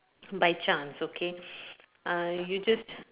by chance okay uh you just